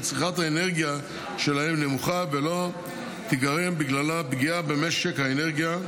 צריכת האנרגיה שלהם נמוכה ולא תיגרם בגללה פגיעה במשק האנרגיה,